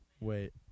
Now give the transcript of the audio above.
Wait